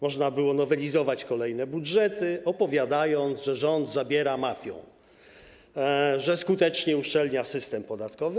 Można było nowelizować kolejne budżety, opowiadając, że rząd zabiera mafiom, że skutecznie uszczelnia system podatkowy.